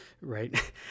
right